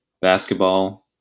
basketball